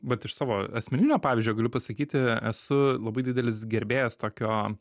vat iš savo asmeninio pavyzdžio galiu pasakyti esu labai didelis gerbėjas tokio